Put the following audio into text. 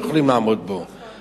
לא יכולים לעמוד בה נכון.